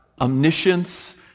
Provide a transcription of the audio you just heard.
omniscience